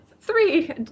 three